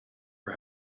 for